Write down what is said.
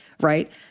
right